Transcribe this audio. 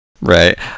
Right